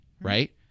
right